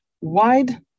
wide